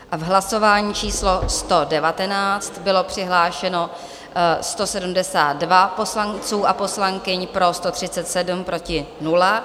V hlasování číslo 119 bylo přihlášeno 172 poslanců a poslankyň, pro 137, proti 0.